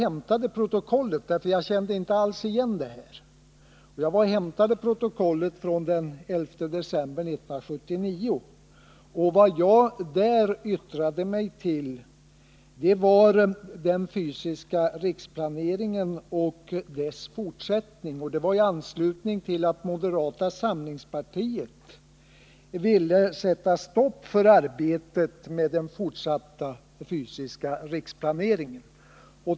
Eftersom jag inte alls känner igen vad som sades, hämtade jag protokollet från den 11 decemeber 1979. Vid ett tillfälle uttalade jag mig om den fysiska riksplaneringen och dess fortsättning. Detta skedde i anslutning till att moderata samlingspartiet ville sätta stopp för arbetet med den fortsatta fysiska riksplaneringen.